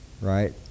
right